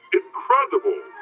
incredible